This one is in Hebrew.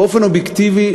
באופן אובייקטיבי,